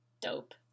Dope